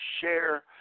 share